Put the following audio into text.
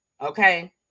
okay